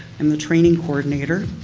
am the training coordinator.